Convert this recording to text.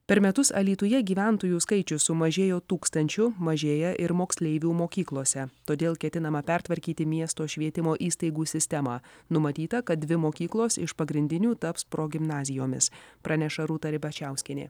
per metus alytuje gyventojų skaičius sumažėjo tūkstančiu mažėja ir moksleivių mokyklose todėl ketinama pertvarkyti miesto švietimo įstaigų sistemą numatyta kad dvi mokyklos iš pagrindinių taps progimnazijomis praneša rūta ribačiauskienė